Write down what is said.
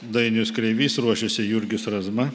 dainius kreivys ruošiasi jurgis razma